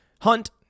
Hunt